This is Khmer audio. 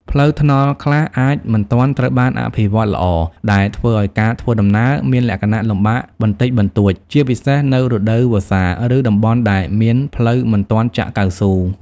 ផ្លូវថ្នល់ខ្លះអាចមិនទាន់ត្រូវបានអភិវឌ្ឍន៍ល្អ ដែលធ្វើឲ្យការធ្វើដំណើរមានលក្ខណៈលំបាកបន្តិចបន្តួច ជាពិសេសនៅរដូវវស្សា ឬតំបន់ដែលមានផ្លូវមិនទាន់ចាក់កៅស៊ូ។